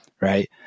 right